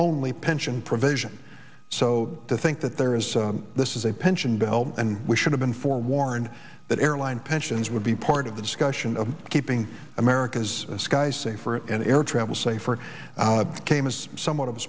only pension provision so to think that there is this is a pension belt and we should have forewarned that airline pensions would be part of the discussion of keeping america's skies safer and air travel safer it came as somewhat of a